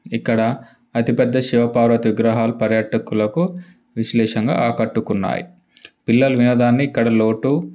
ఇక్కడ అతిపెద్ద శివపార్వతి విగ్రహాలు పర్యాటకులకు విశేషంగా ఆకట్టుకున్నాయి పిల్లలు వినోదాన్ని ఇక్కడ లోటు